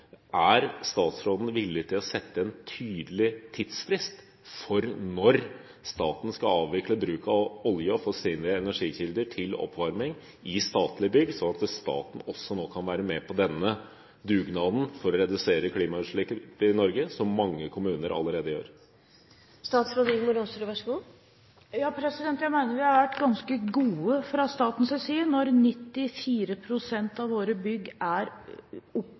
Er statsråden villig til å sette en tydelig tidsfrist for når staten skal avvikle bruk av olje og fossile energikilder til oppvarming i statlige bygg, slik at staten også kan være med på denne dugnaden for å redusere klimautslipp i Norge, som mange allerede gjør? Jeg mener at vi har vært ganske gode fra statens side når 94 pst. av våre bygg blir oppvarmet uten bruk av fossil energi. Så vil det stå igjen noen bygg som det er